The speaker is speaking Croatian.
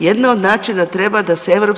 jedna od načina treba da se EU